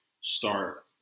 start